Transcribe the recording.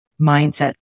mindset